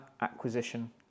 acquisition